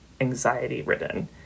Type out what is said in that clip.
anxiety-ridden